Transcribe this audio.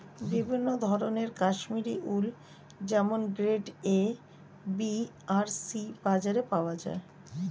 বিভিন্ন ধরনের কাশ্মীরি উল যেমন গ্রেড এ, বি আর সি বাজারে পাওয়া যায়